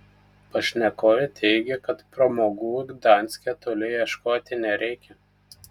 pašnekovė teigė kad pramogų gdanske toli ieškoti nereikia